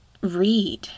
read